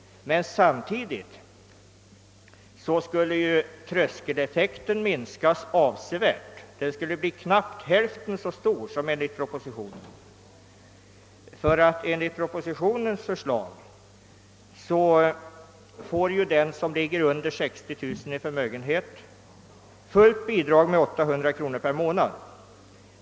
Samtidigt skulle emellertid tröskeleffekten minskas avsevärt och bli knappt hälften så stor som enligt propositionen. Enligt propositionens förslag får den som ligger under 60 000 kronor i förmögenhet fullt bidrag med 800 kronor per månad.